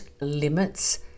limits